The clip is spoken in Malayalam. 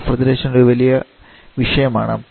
റഫ്രിജറേഷൻ ഒരു വലിയ വിഷയം ആണ്